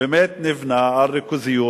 באמת נבנה על ריכוזיות,